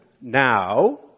now